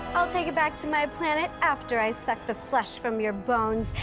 i'll take it back to my planet after i suck the flesh from your bones,